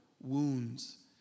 wounds